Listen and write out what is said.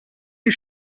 die